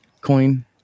coin